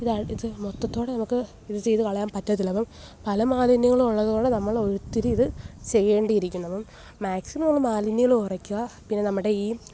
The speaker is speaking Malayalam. ഇത് ഇത് മൊത്തത്തോടെ നമുക്ക് ഇതു ചെയ്തു കളയാന് പറ്റത്തില്ല അപ്പം പല മാലിന്യങ്ങള് ഉള്ളതു കൊണ്ട് നമ്മള് ഒത്തിരി ഇത് ചെയ്യേണ്ടിയിരിക്കുന്നു അപ്പം മാക്സിമം നമ്മള് മാലിന്യങ്ങള് കുറയ്ക്കുക പിന്നെ നമ്മുടെ ഈ